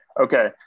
Okay